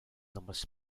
numbers